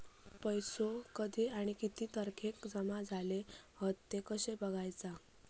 पैसो कधी आणि किती तारखेक जमा झाले हत ते कशे बगायचा?